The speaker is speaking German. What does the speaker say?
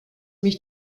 mich